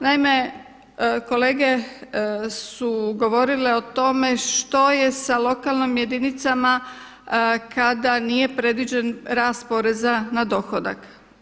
Naime, kolege su govorile o tome što je s lokalnim jedinicama kada nije predviđen rast poreza na dohodak.